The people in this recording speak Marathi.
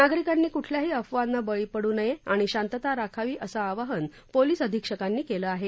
नागरिकांनी कुठल्याही अफवांना बळी पडू नये आणि शांतता राखावी असं आवाहन पोलिस अधिक्षकांनी केलं आहे